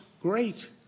Great